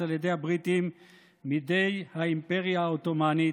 על ידי הבריטים מדי האימפריה העות'מאנית,